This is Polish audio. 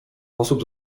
osób